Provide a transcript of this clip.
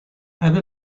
have